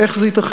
איך זה ייתכן?